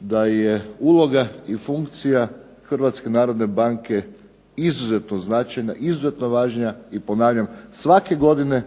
da je uloga i funkcija Hrvatske narodne banke izuzetno značajna, izuzetno važna i ponavljam svake godine